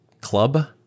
club